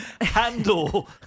handle